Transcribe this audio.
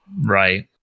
Right